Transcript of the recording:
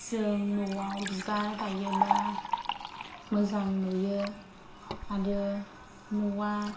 जों न'आव बिबार गायोब्ला मोजां नुयो आरो न'आ